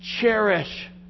Cherish